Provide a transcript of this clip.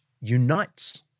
unites